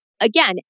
again